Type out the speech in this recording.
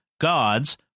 gods